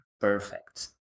Perfect